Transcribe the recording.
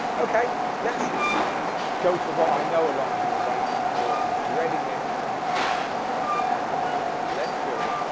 okay let's go to what i know a lot of you are waiting for, i'm dreading this because i don't like to offend people but let's do it,